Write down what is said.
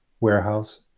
warehouse